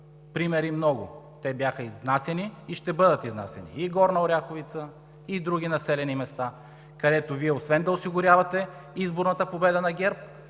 примери много. Те бяха изнасяни и ще бъдат изнасяни – и Горна Оряховица, и други населени места, където Вие освен да осигурявате изборната победа на ГЕРБ,